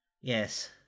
Yes